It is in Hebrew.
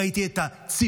ראיתי את הציפייה